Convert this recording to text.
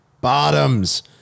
Bottoms